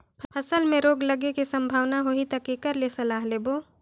फसल मे रोग लगे के संभावना होही ता के कर ले सलाह लेबो?